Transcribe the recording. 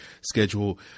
schedule